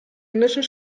englischen